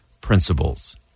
principles